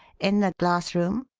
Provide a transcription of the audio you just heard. in the glass-room?